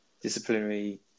disciplinary